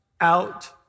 out